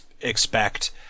expect